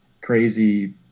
crazy